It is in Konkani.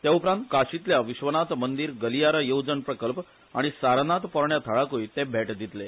ते उप्रांत काशीतल्या विश्वनाथ मंदिर गलियारा येवजण प्रकल्प आनी सारनाथ पुरातत्व थळाकूय ते भेट दितले